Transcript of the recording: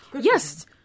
Yes